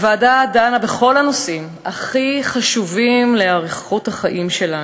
הוועדה דנה בכל הנושאים הכי חשובים לאיכות החיים שלנו,